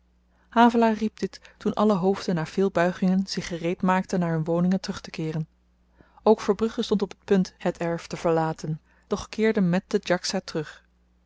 riep dit toen alle hoofden na veel buigingen zich gereed maakten naar hun woningen terug te keeren ook verbrugge stond op t punt het erf te verlaten doch keerde met den djaksa terug